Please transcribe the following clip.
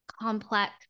complex